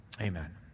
Amen